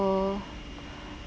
uh